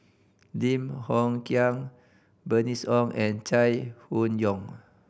Lim Hng Kiang Bernice Ong and Chai Hon Yoong